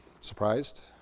Surprised